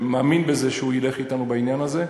אני מאוד מקווה ומאמין שהוא ילך אתנו בעניין הזה,